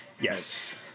Yes